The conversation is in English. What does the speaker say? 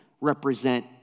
represent